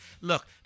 Look